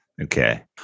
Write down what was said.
Okay